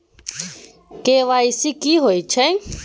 KYC की हय छै?